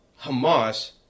Hamas